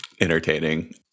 entertaining